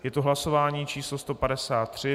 Je to hlasování číslo 153.